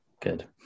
good